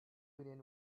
union